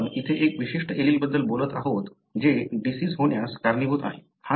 म्हणून आपण येथे एका विशिष्ट एलीलबद्दल बोलत आहोत जे डिसिज होण्यास कारणीभूत आहे